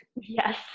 Yes